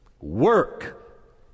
work